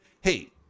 hey